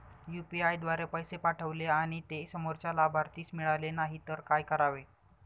UPI द्वारे पैसे पाठवले आणि ते समोरच्या लाभार्थीस मिळाले नाही तर काय करावे?